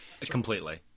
completely